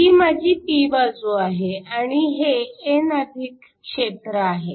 ही माझी p बाजू आहे आणि हे n क्षेत्र आहे